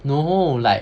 no like